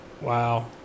Wow